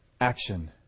action